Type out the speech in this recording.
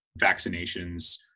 vaccinations